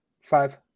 Five